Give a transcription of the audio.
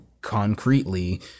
concretely